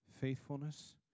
faithfulness